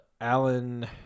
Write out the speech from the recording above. Alan